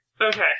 Okay